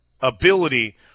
ability